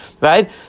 right